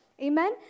Amen